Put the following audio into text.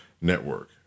network